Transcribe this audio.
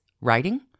writing